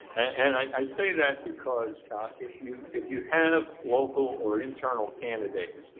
and i say that because if you if you have local or internal candidates,